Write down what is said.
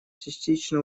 частично